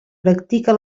practica